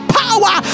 power